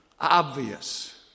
obvious